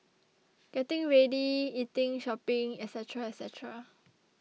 getting ready eating shopping etcetera etcetera